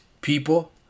people